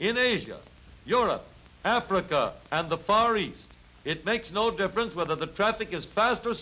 in asia europe africa and the far east it makes no difference whether the traffic is fast